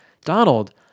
Donald